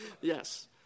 Yes